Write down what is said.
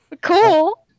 Cool